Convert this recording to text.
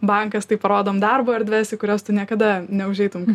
bankas tai parodom darbo erdves į kurias tu niekada neužeitum